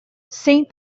saint